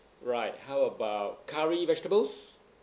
right how about curry vegetables